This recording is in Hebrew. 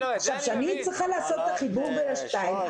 כשאני צריכה לעשות את החיבור בין השניים,